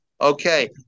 Okay